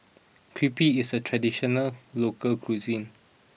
Crepe is a traditional local cuisine